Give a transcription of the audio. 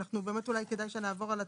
באמת אולי כדאי שנעבור על הטבלה.